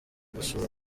gusura